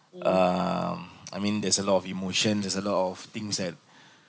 um I mean there's a lot of emotion there's a lot of things that